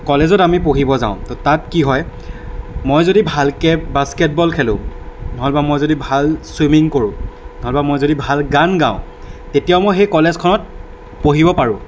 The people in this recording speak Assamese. কলেজত আমি পঢ়িব যাওঁ তো তাত কি হয় মই যদি ভালকৈ বাস্কেটবল খেলোঁ নহ'লেবা মই যদি ভাল ছুইমিং কৰোঁ নহ'লেবা মই যদি ভাল গান গাওঁ তেতিয়াও মই সেই কলেজখনত পঢ়িব পাৰোঁ